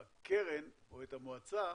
הקרן או את המועצה